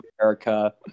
america